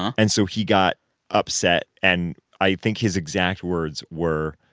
and so he got upset, and i think his exact words were,